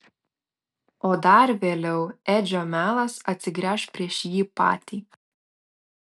o dar vėliau edžio melas atsigręš prieš jį patį